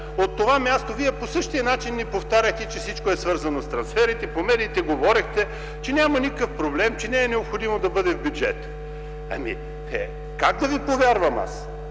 от това място Вие по същия начин ни повтаряхте, че всичко е свързано с трансферите, по медиите говорехте, че няма никакъв проблем, че не е необходимо да бъде в бюджета, как да Ви повярвам аз?